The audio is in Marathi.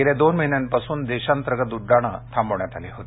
गेले दोन महिन्यांपासून देशांतर्गत उड्डाणं थांबवण्यात आली होती